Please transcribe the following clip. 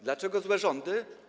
Dlaczego złe rządy?